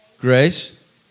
grace